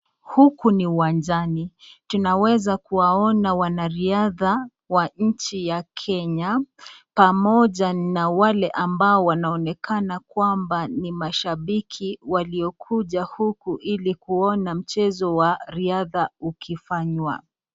Huku ni uwanjani tunaweza kuwaona wanariadha wa nchi ya Kenya pamoja na wale ambao wanaonekana kwamba ni mashabiki waliokuja huku ili kuona mchezo wa riadha ukifanywa.